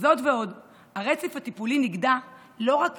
זאת ועוד, הרצף הטיפולי נגדע לא רק